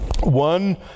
One